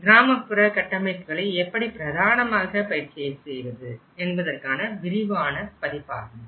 கிராமப்புற கட்டமைப்புகளை எப்படி பிரதானமாக பயிற்சி செய்வது என்பதற்கான விரிவான பதிப்பாகும்